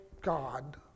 God